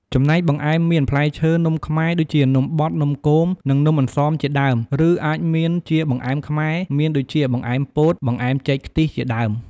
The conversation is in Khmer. ចំណែកបង្អែមមាន ផ្លែឈើ នំខ្មែរ ដូចជានំបត់ នំគម និងនំអន្សមជាដើម ឬ អាចមានជាបង្អែមខ្មែរ មានដូចជាបង្អែមពោត បង្អែមចេកខ្ទិះជាដើម ។